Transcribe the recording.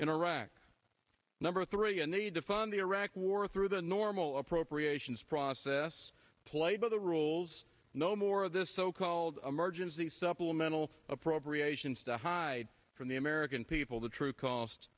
in iraq number three a need to fund the iraq war through the normal appropriations process played by the rules no more of this so called emergency supplemental appropriations to hide from the american people the true cost